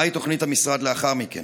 מהי תוכנית המשרד לאחר מכן?